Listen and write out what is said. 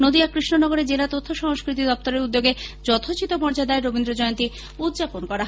নদীয়ার কৃষ্ণনগরের জেলা তথ্য সংস্কৃতি দপ্তরের উদ্যোগে যথোচিত মর্যদায় রবীন্দ্র জয়ন্তী উদযাপন করা হয়